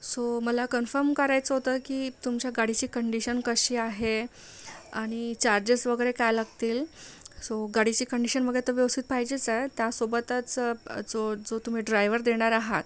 so मला confirm करायचं होतं की तुमच्या गाडीची कंडिशन कशी आहे आणि चार्जेस वगैरे काय लागतील सो गाडीची कंडिशन वगैरे तर व्यवस्थित पाहिजेच आहे त्यासोबतच जो जो तुम्ही ड्रायव्हर देणार आहात